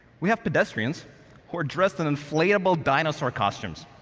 we have pedestrians who are dressed in inflatable dinosaur costumes.